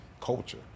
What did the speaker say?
culture